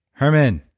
herman